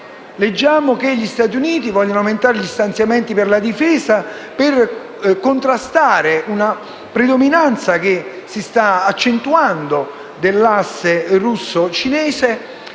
Leggiamo che gli Stati Uniti vogliono aumentare gli stanziamenti per la difesa per contrastare la predominanza che si sta accentuando dell'asse russo‑cinese.